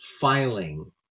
filing